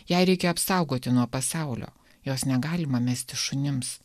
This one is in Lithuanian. jei reikia apsaugoti nuo pasaulio jos negalima mesti šunims